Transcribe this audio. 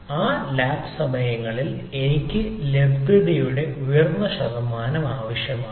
ആ ലാബ് സമയങ്ങളിൽ എനിക്ക് ലഭ്യതയുടെ ഉയർന്ന ശതമാനം ആവശ്യമാണ്